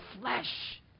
flesh